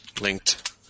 Linked